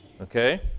Okay